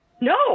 no